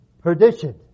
perdition